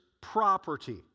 property